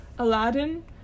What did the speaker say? Aladdin